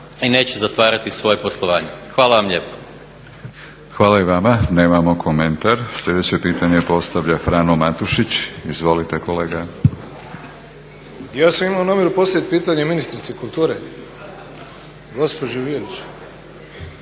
i neće zatvarati svoje poslovanje. Hvala vam lijepo. **Batinić, Milorad (HNS)** Hvala i vama. Nemamo komentar. Sljedeće pitanje postavlja Frano Matušić. Izvolite kolega. **Matušić, Frano (HDZ)** Ja sam imao namjeru postaviti pitanje ministrici kulture, gospođi Violić.